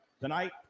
tonight